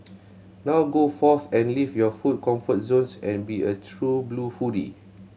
now go forth and leave your food comfort zones and be a true blue foodie